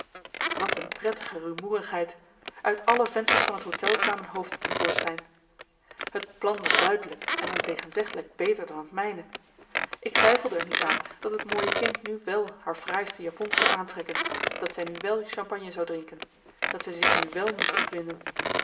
wat een prettige rumoerigheid uit alle vensters van het hôtel kwamen hoofden te voorschijn het plan was duidelijk en ontegenzeggelijk beter dan het mijne ik twijfelde er niet aan dat het mooie kind nu wèl haar fraaiste japon kon aantrekken dat zij nu wèl champagne zou drinken dat zij zich nu wèl moest opwinden